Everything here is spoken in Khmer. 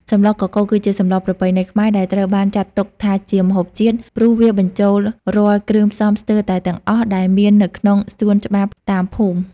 សម្លកកូរ គឺជាសម្លប្រពៃណីខ្មែរ ដែលត្រូវបានចាត់ទុកថាជាម្ហូបជាតិ ព្រោះវាបញ្ចូលរាល់គ្រឿងផ្សំស្ទើរតែទាំងអស់ដែលមាននៅក្នុងសួនច្បារតាមភូមិ។